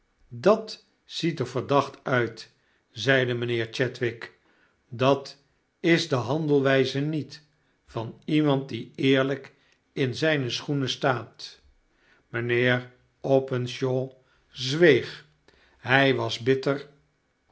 dat ziet er verdacht uit zeide mijnheer chadwick dat is de handelwpe niet van iemand die eerlijk in zijne schoenen staat mijnheer op eene shaw zweeg hij was bitter